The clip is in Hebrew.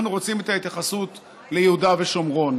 רוצים את ההתייחסות ליהודה ושומרון.